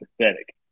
pathetic